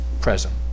present